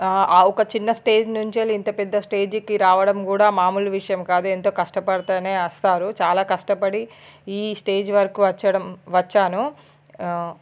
ఒక చిన్న స్టేజి నుంచి ఇంత పెద్ద స్టేజికి రావడం కూడా మామూలు విషయం కాదు ఎంతో కష్టపడితేనే వస్తారు చాలా కష్టపడి ఈ స్టేజి వరకు వచ్చాడం వచ్చాను